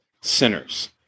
sinners